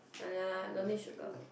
ah yeah lah don't need sugar